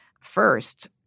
first